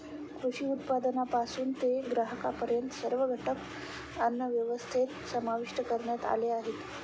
कृषी उत्पादनापासून ते ग्राहकांपर्यंत सर्व घटक अन्नव्यवस्थेत समाविष्ट करण्यात आले आहेत